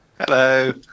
Hello